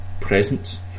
presence